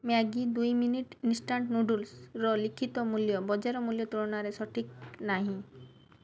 Maggi ଦୁଇ minute instant ନୁଡ଼ୁଲ୍ସ୍ର ଲିଖିତ ମୂଲ୍ୟ ବଜାର ମୂଲ୍ୟ ତୁଳନାରେ ସଠିକ୍ ନାହିଁ